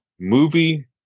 movie